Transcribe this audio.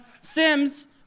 Sims